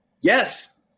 Yes